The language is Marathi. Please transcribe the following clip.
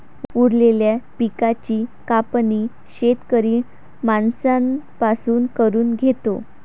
उरलेल्या पिकाची कापणी शेतकरी माणसां पासून करून घेतो